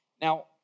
Now